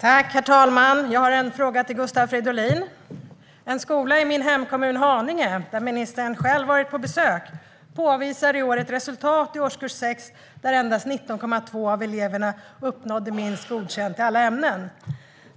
Herr talman! Jag har en fråga till Gustav Fridolin. En skola i min hemkommun Haninge, där ministern själv har varit på besök, uppvisar i år ett resultat i årskurs 6 där endast 19,2 procent av eleverna uppnådde minst godkänt i alla ämnen.